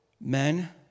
Men